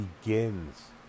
begins